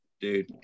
dude